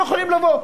לא יכולים לבוא,